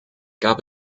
gab